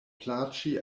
plaĉi